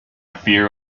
fear